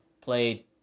played